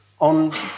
on